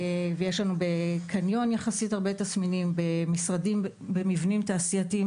גם בקניון ומבנים ותעשייתיים.